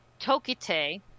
Tokite